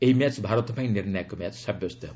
ଏହି ମ୍ୟାଚ୍ ଭାରତ ପାଇଁ ନିର୍ଷାୟକ ମ୍ୟାଚ୍ ସାବ୍ୟସ୍ତ ହେବ